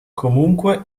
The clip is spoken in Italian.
comunque